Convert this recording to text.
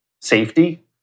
safety